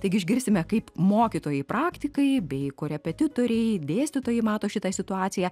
taigi išgirsime kaip mokytojai praktikai bei korepetitoriai dėstytojai mato šitą situaciją